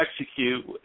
execute